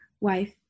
wife